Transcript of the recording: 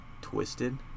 twisted